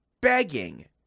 begging